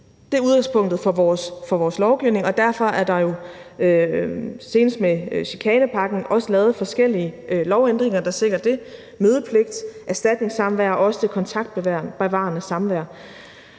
Det er udgangspunktet for vores lovgivning, og derfor er der jo senest med chikanepakken også lavet forskellige lovændringer, der sikrer det: mødepligt, erstatningssamvær og også det kontaktbevarende samvær.